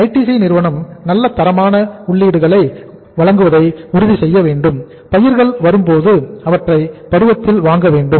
ITC நிறுவனம் நல்ல தரமான உள்ளீடுகளை வழங்குவதை உறுதி செய்ய வேண்டும் பயிர்கள் வரும்போது அவற்றை பருவத்தில் வாங்க வேண்டும்